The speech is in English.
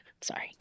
sorry